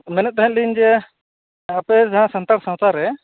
ᱢᱮᱱᱮᱫ ᱛᱟᱦᱮᱱᱟᱞᱤᱧ ᱡᱮ ᱟᱯᱮ ᱡᱟᱦᱟ ᱥᱟᱱᱛᱟᱲ ᱥᱟᱣᱛᱟ ᱨᱮ